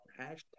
hashtag